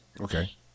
Okay